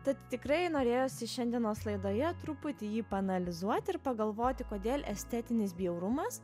tad tikrai norėjosi šiandienos laidoje truputį jį paanalizuoti ir pagalvoti kodėl estetinis bjaurumas